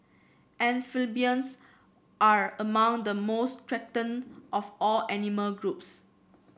amphibians are among the most threatened of all animal groups